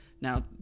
Now